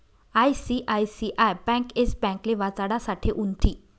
ICICI bank Yes ब्यांकले वाचाडासाठे उनथी